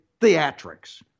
theatrics